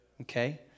okay